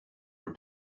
for